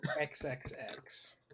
XXX